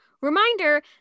reminder